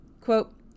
Quote